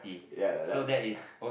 ya like that ah